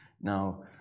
Now